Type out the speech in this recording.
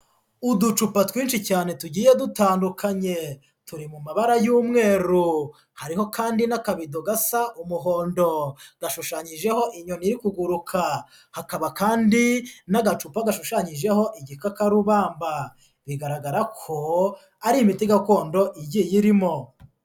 Uducupa twinshi cyane tugiye dutandukanye turi mu mabara y'umweru, hariho kandi n'akabido gasa umuhondo gashushanyijeho inyoni iri kuguruka, hakaba kandi n'agacupa gashushanyijeho igikakarubamba, bigaragara ko ari imiti gakondo igiye irimo.